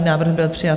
Návrh byl přijat.